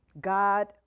god